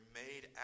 made